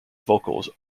vocals